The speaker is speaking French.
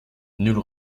nulle